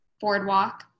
Boardwalk